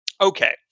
Okay